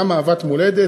גם אהבת מולדת,